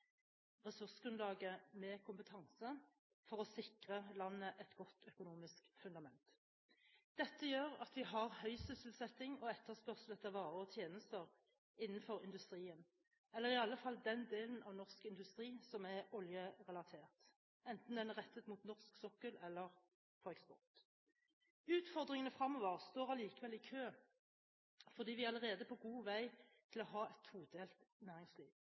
ressursgrunnlaget med kompetanse for å sikre landet et godt økonomisk fundament. Dette gjør at vi har høy sysselsetting og etterspørsel etter varer og tjenester innenfor industrien, eller i alle fall den delen av norsk industri som er oljerelatert, enten den er rettet mot norsk sokkel eller for eksport. Utfordringene fremover står likevel i kø fordi vi allerede er på god vei til å ha et todelt næringsliv,